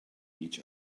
each